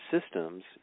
systems